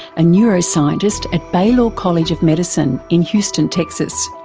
a neuroscientist at baylor college of medicine in houston texas.